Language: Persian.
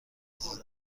عزیزم